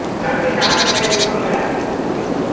கட்டி சாவி கையில் கொடுத்தறேனுங்க